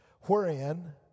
wherein